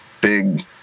big